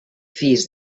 fies